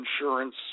insurance